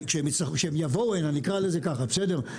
כשהם יבואו הנה, נקרא לזה ככה, בסדר?